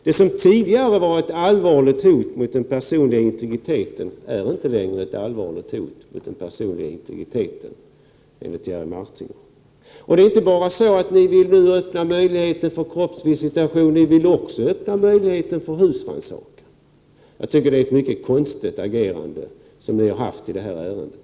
Det som tidigare var ett allvarligt hot mot den personliga integriteten är inte längre ett allvarligt hot mot den personliga integriteten, enligt Jerry Martinger. Ni vill inte bara öppna möjligheten för kroppsvisitation. Ni vill också öppna möjligheten för husrannsakan. Detta är ett mycket konstigt agerande från er sida i det här ärendet.